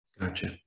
Gotcha